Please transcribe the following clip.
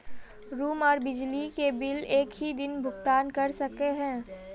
Room आर बिजली के बिल एक हि दिन भुगतान कर सके है?